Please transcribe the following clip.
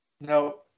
no